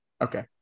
Okay